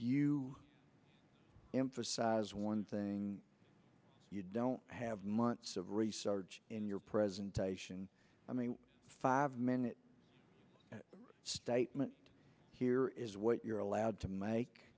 emphasize one thing you don't have months of research in your presentation i mean five men statement here is what you're allowed to make